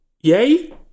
Yay